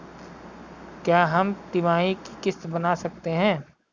क्या हम तिमाही की किस्त बना सकते हैं?